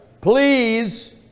Please